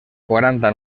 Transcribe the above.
quaranta